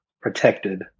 protected